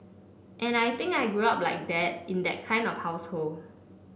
and I think I grew up like that in that kind of household